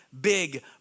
big